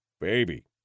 baby